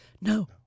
no